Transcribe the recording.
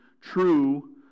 true